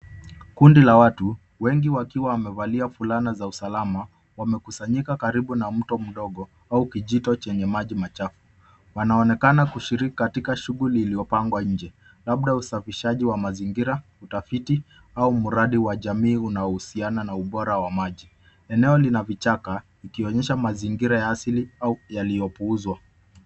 Kundi la watu wengi wakiwa wamevalia wakiwa wamevalia fulana za usalama. Wamekusanyika karibu na mto mdogo au kijito chenye maji machafu. Panaonekana kushiriki katika shughuli katika shughuli iliyopangwa nje. Labda usafishaji wa mazingira, utafiti au mradi wa jamii unaohusiana na ubora wa maji. Eneo lina vichaka likionyesha mazingira ya asili au yaliyopuuzwa.